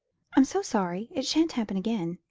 i'm so sorry it shan't happen again,